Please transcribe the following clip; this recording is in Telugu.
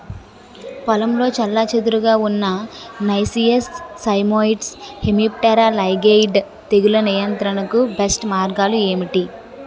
పొలంలో చెల్లాచెదురుగా ఉన్న నైసియస్ సైమోయిడ్స్ హెమిప్టెరా లైగేయిడే తెగులు నియంత్రణకు బెస్ట్ మార్గాలు ఏమిటి?